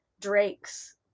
Drake's